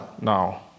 Now